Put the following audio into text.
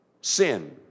sin